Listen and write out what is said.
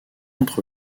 entre